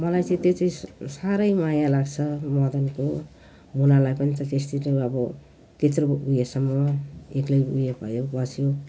मलाई चाहिँ त्यो चिज साह्रै माया लाग्छ मदनको मुनालाई पनि त त्यस्तो त्यो अब त्यत्रो उयोसम्म एक्लै उयो भयो बस्यो